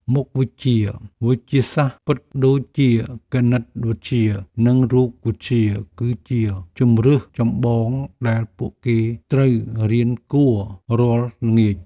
មុខវិជ្ជាវិទ្យាសាស្ត្រពិតដូចជាគណិតវិទ្យានិងរូបវិទ្យាគឺជាជម្រើសចម្បងដែលពួកគេត្រូវរៀនគួររាល់ល្ងាច។